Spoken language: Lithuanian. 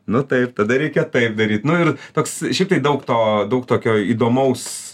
nu taip tada reikia taip daryt nu ir toks šiaip tai daug to daug tokio įdomaus